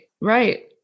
Right